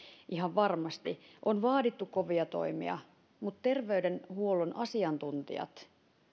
ihan varmasti on vaadittu kovia toimia mutta terveydenhuollon asiantuntijat